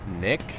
Nick